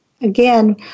again